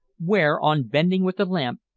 where, on bending with the lamp,